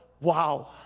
wow